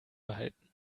behalten